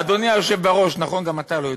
אדוני היושב בראש, נכון שגם אתה לא יודע?